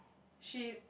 she